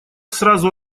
сразу